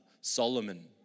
Solomon